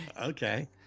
Okay